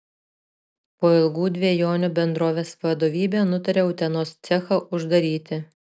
po ilgų dvejonių bendrovės vadovybė nutarė utenos cechą uždaryti